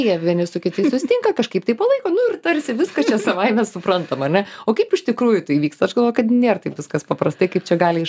jie vieni su kitais susitinka kažkaip tai palaiko nu ir tarsi viskas čia savaime suprantama ne o kaip iš tikrųjų tai vyksta aš galvoju kad nėr taip viskas paprastai kaip čia gali iš